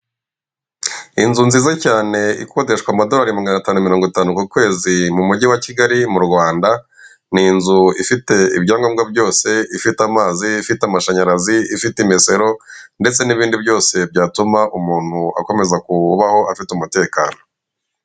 Inzu nziza cyane ikodeshwa amadorari magana atanu mirongo itanu ku kwezi mu mugi wa Kigali mu Rwanda ni inzu ifite ibyangombwa byose ifite amazi, ifite amashanyarazi, ifite imesero ndetse n'ibindi byose batuma umuntu akomeza kubaho afite umutekano.